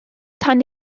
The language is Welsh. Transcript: tan